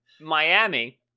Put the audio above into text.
Miami